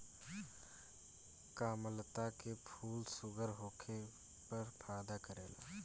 कामलता के फूल शुगर होखे पर फायदा करेला